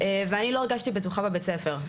ואני לא הרגשתי בטוחה בבית ספר,